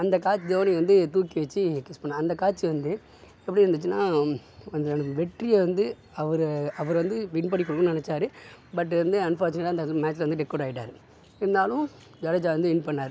அந்த காட்சி தோனி வந்து தூக்கி வச்சு கிஸ் பண்ணினாரு அந்த காட்சி வந்து எப்படி இருந்துச்சுனா வெற்றியை வந்து அவர் அவர் வந்து வின் பண்ணி கொடுக்கணுன்னு நினைச்சாரு பட் வந்து அன்பார்ச்சுனேட்டாக அந்த மேச்சில் டக்கவுட் ஆயிட்டார் இருந்தாலும் ஜடேஜா வந்து வின் பண்ணிணாரு